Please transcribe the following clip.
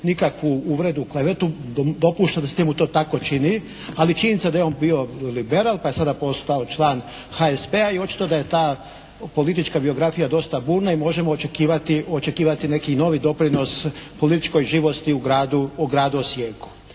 nikakvu uvredu, klevetu. Dopuštam da se njemu to tako čini, ali činjenica da je on bio liberal, pa je sada postao član HSP-a i očito da je ta politička biografija dosta burna i možemo očekivati neki novi doprinos političkoj živosti u gradu Osijeku.